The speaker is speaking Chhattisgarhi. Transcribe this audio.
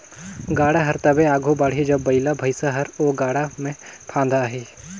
गाड़ा हर तबे आघु बढ़ही जब बइला भइसा हर ओ गाड़ा मे फदाही